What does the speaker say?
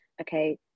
okay